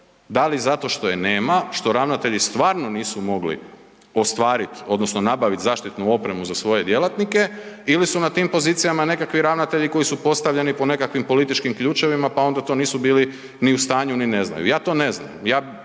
Da li zato što je nema, što ravnatelji stvarno nisu mogli ostvarit odnosno nabavit zaštitnu opremu za svoje djelatnike ili su na tim pozicijama nekakvi ravnatelji koji su postavljeni po nekakvim političkim ključevima, pa onda to nisu bili ni u stanju, ni ne znaju. Ja to ne znam,